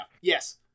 Yes